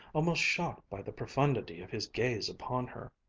almost shocked by the profundity of his gaze upon her.